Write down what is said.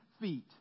feet